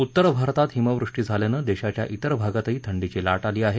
उत्तर भारतात हिमवृष्टी झाल्यानं देशाच्या तिर भागातही थंडीची लाट आली आहे